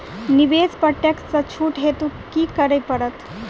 निवेश पर टैक्स सँ छुट हेतु की करै पड़त?